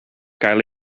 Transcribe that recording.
gael